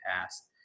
past